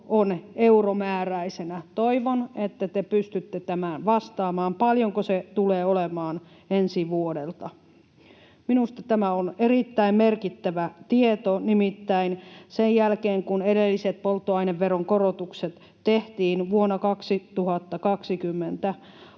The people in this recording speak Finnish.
on euromääräisenä. Toivon, että te pystytte vastaamaan, paljonko se tulee olemaan ensi vuodelta. Minusta tämä on erittäin merkittävä tieto. Nimittäin sen jälkeen, kun edelliset polttoaineveron korotukset tehtiin vuonna 2020,